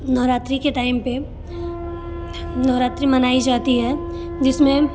नवरात्रि के टाइम पर नवरात्रि मनाई जाती है जिस में